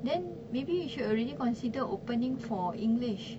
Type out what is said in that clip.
then maybe we should already consider opening for english